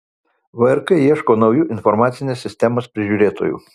vrk ieško naujų informacinės sistemos prižiūrėtojų